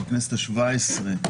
בכנסת ה-17,